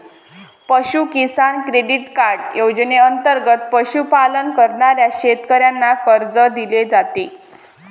पशु किसान credit card योजनेंतर्गत पशुपालन करणाऱ्या शेतकऱ्यांना कर्ज दिले जाते